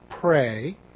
pray